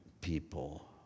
people